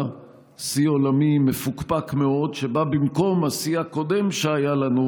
שיא עולמי מפוקפק מאוד שבא במקום השיא הקודם שהיה לנו,